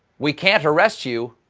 we can't arrest you,